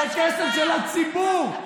זה כסף של הציבור.